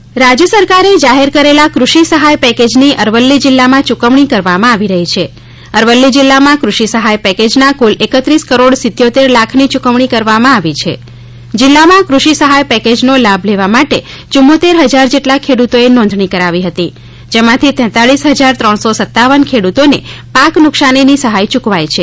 કૃષિ સહાય પેકેજ રાજ્ય સરકારે જાહેર કરેલા કૃષિ સહાય પેકેજની અરવલ્લી જિલ્લામાં યુકવણી કરવામાં આવી રહી છે અરવલ્લી જિલ્લામાં કૃષિ સહાય પેકેના કુલ એકત્રીસ કરોડ સિત્યોતર લાખની યુકવણી કરવામાં આવી છે જિલ્લામાં કૃષિ સહાય પેકેજનો લાભ લેવા માટે યુવ્વોતેર ફજાર જેટલા ખેડૂતોએ નોંધણી કરાવી હતી જેમાંથી તેત્તાળીસ હજાર ત્રણો સત્તાવન ખેડૂતોને પાક નુકસાનીની સહાય યુકવાઈ છે